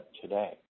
today